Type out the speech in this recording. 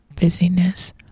busyness